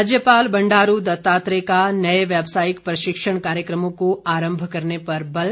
राज्यपाल बंडारू दत्तात्रेय का नए व्यवसायिक प्रशिक्षण कार्यक्रमों को आरम्भ करने पर बल